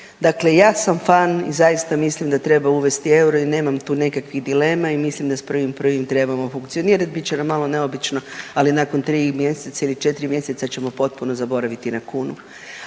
Dakle, ja sam fan i zaista mislim da treba uvesti euro i nemam tu nekakvih dilema i mislim da s 1.1. trebamo funkcionirati, bit će nam malo neobično, ali nakon 3 mjeseca ili 4 mjeseca ćemo potpuno zaboraviti na kunu.